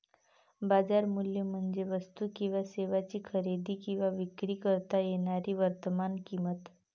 बाजार मूल्य म्हणजे वस्तू किंवा सेवांची खरेदी किंवा विक्री करता येणारी वर्तमान किंमत